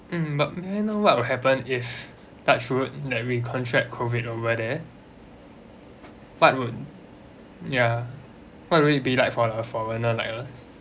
mm but may I know what will happen if touch wood that we contract COVID over there but would ya what will it be like for a foreigner like us